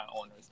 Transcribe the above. owners